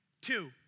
Two